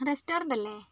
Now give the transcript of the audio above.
restaurant അല്ലേ